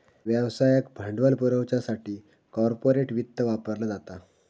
व्यवसायाक भांडवल पुरवच्यासाठी कॉर्पोरेट वित्त वापरला जाता